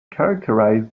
characterised